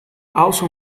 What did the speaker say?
also